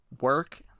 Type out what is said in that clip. work